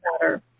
better